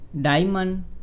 diamond